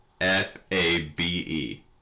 F-A-B-E